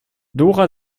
dora